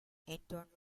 internal